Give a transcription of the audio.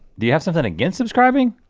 do you have something against subscribing?